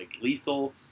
lethal